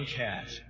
cat